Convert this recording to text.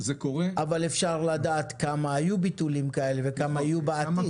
אבל אפשר לדעת כמה היו ביטולים כאלה וכמה יהיו בעתיד,